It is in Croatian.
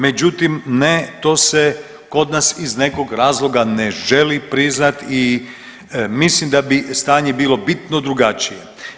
Međutim, ne to se kod nas iz nekog razloga ne želi priznati i mislim da bi stanje bilo bitno drugačije.